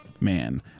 Man